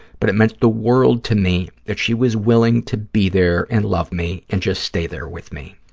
but it meant the world to me that she was willing to be there and love me and just stay there with me.